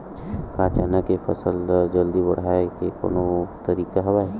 का चना के फसल ल जल्दी बढ़ाये के कोनो तरीका हवय?